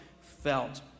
felt